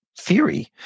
Theory